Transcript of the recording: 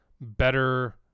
better